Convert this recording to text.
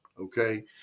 okay